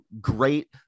Great